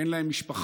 אין להם משפחה,